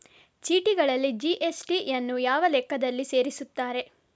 ಚೀಟಿಗಳಲ್ಲಿ ಜಿ.ಎಸ್.ಟಿ ಯನ್ನು ಯಾವ ಲೆಕ್ಕದಲ್ಲಿ ಸೇರಿಸುತ್ತಾರೆ?